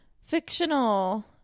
Fictional